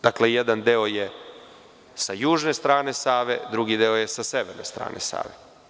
Dakle, jedan deo je sa južne strane Save, drugi deo je sa severne strane Save.